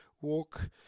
Walk